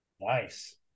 Nice